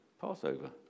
Passover